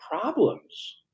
problems